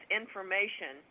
information